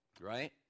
right